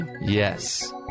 Yes